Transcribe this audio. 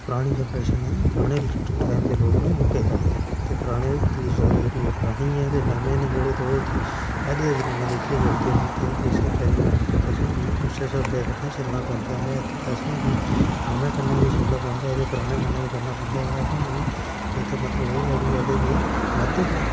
परानी जेनरेशन ऐ पराने टैम दे लोक न ओह् किश आखदे ते पराने दी सोच जेह्ड़ी ओह् परानी ऐ ते नमें न जेह्ड़े ओह् अज्ज दा जमाना दिक्खियै चलदे न ते इस करी असें बी उस्सै स्हाबै कन्नै चलना पौंदा ऐ ते असेंगी नमें कन्नै बी चलना पौंदा ऐ ते पराने कन्नै बी चलना पौंदा ऐ असेंगी ते एह्दा मतलब एह् ऐ की असेंगी मध्यम